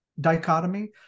dichotomy